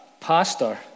pastor